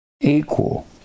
equal